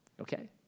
Okay